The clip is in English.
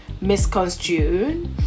misconstrued